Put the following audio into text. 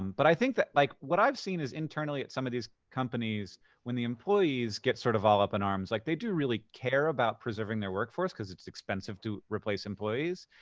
but i think that, like, what i've seen is internally at some of these companies when the employees get sort of all up in arms. like, they do really care about preserving their workforce because it's expensive to replace employees.